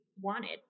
wanted